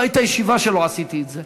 לא הייתה ישיבה שלא עשיתי את זה,